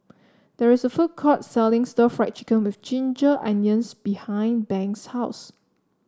there is a food court selling Stir Fried Chicken with Ginger Onions behind Banks' house